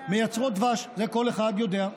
מייצרות דבש, את זה כל אחד יודע,